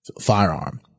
firearm